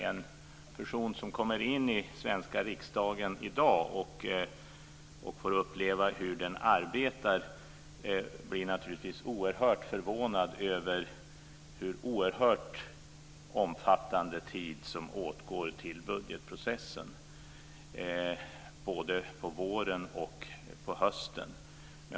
En person som kommer in i den svenska riksdagen och får uppleva hur den arbetar i dag blir naturligtvis oerhört förvånad över den omfattande tid som åtgår till budgetprocessen, både på våren och på hösten.